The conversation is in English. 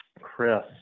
Chris